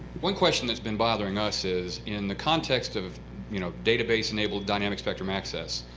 one question that's been bothering us is, in the context of you know database-enabled dynamic spectrum access,